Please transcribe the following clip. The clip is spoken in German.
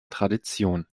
tradition